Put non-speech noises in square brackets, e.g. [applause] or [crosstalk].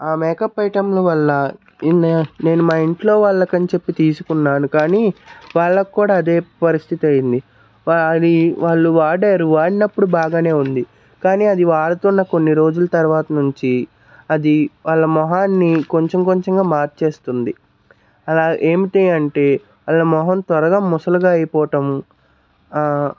ఆ మేకప్ ఐటమ్ల వల్ల [unintelligible] నేను మా ఇంట్లో వాళ్లకి అని చెప్పి తీసుకున్నాను కానీ వాళ్ళకి కూడా అదే పరిస్థితి అయ్యింది వా అది వాళ్ళు వాడారు వాడినప్పుడు బాగానే ఉంది కానీ అది వాడుతున్న కొన్ని రోజుల తర్వాత నుంచి అది వాళ్ళ మొహాన్ని కొంచెం కొంచెంగా మార్చేస్తుంది అలా ఏమిటి అంటే వాళ్ళ మొహం త్వరగా ముసలిగా అయిపోవటం